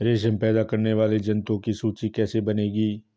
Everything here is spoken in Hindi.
रेशम पैदा करने वाले जंतुओं की सूची कैसे बनेगी?